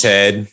Ted